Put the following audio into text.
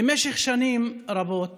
במשך שנים רבות